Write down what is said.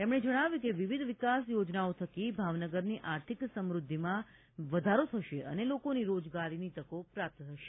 તેમણે જણાવ્યું હતું કે વિવિધ વિકાસ યોજનાઓ થકી ભાવનગરની આર્થિક સમૃધ્ધિમાં વધારો થશે અને લોકોને રોજગારીની તકો પ્રાપ્ત થશે